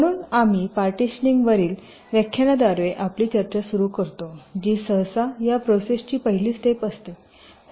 म्हणून आम्ही पार्टीशनिंग वरील व्याख्यानाद्वारे आपली चर्चा सुरू करतो जी सहसा या प्रोसेसची पहिली स्टेप असते